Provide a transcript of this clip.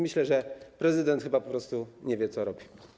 Myślę, że prezydent chyba po prostu nie wie, co robi.